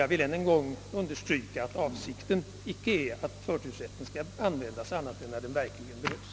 Jag vill än en gång understryka att avsikten icke är att förtursrätten skall användas annat än när det verkligen behövs.